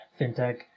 fintech